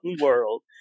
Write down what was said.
world